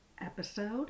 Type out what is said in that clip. episode